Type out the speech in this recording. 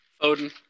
Odin